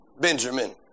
Benjamin